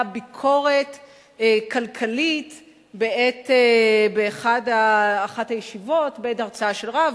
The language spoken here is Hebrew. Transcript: ביקורת כלכלית באחת הישיבות בעת הרצאה של רב,